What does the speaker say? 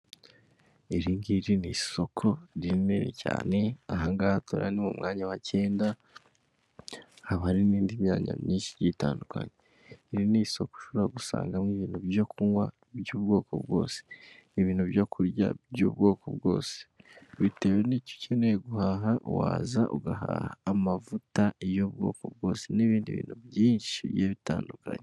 Iri ngiri ni isoko rinini cyane, aha ngaha tureba ni umwanya wa cyenda, haba hari n'indi myanya myinshi igiye itandukanye, iri ni isoko ushobora gusangamo ibintu ibyo kunywa by'ubwoko bwose, ibintu byo kurya by'ubwoko bwose, bitewe n'icyo ukeneye guhaha waza ugahaha, amavuta y'ubwoko bwose n'ibindi bintu byinshi bigiye bitandukanye.